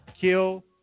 kill